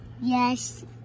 Yes